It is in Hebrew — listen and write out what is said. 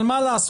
אבל מה לעשות?